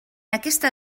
aquesta